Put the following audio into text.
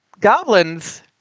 Goblins